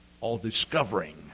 all-discovering